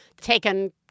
taken